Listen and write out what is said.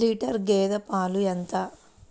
Litre గేదె పాలు ఎంత?